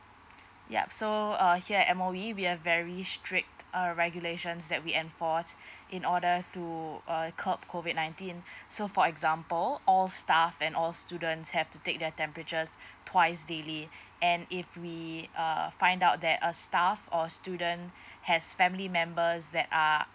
yup so uh here at M_O_E we are very strict uh regulations that we enforced in order to uh curb COVID nineteen so for example all staff and all student have to take their temperatures twice daily and if we uh find out that a staff or student has family members that are